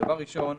דבר ראשון,